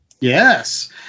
Yes